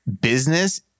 business